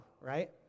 right